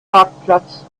marktplatz